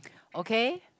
okay